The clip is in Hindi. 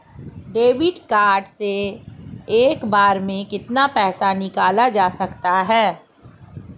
डेबिट कार्ड से एक बार में कितना पैसा निकाला जा सकता है?